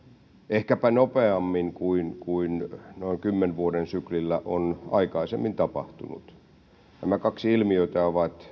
ehkäpä nopeammin kuin kuin noin kymmenen vuoden syklillä on aikaisemmin tapahtunut nämä kaksi ilmiötä ovat